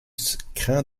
craint